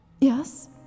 Yes